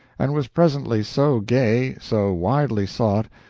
and was presently so gay, so widely sought,